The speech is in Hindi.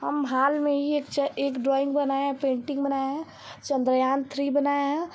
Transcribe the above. हम हाल में ही एक च एक ड्रोइंग बनाए हैं एक पेंटिंग बनाए हैं चंद्रयान थ्री बनाए हैं